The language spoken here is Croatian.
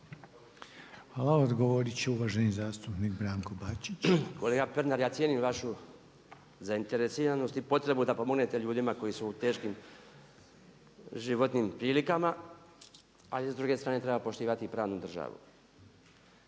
Hvala. Odgovorit će uvaženi zastupnik Branko Bačić. **Bačić, Branko (HDZ)** Kolega Pernar ja cijenim vašu zainteresiranost i potrebu da pomognete ljudima koji su u teškim životnim prilikama ali s druge strane treba poštivati i pravnu državu.